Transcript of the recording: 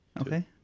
Okay